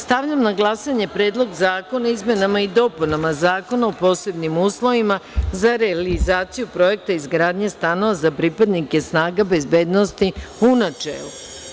Stavljam na glasanje Predlog zakona o izmenama i dopunama Zakona o posebnim uslovima za realizaciju projekta izgradnje stanova za pripadnike snaga bezbednosti, u načelu.